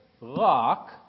rock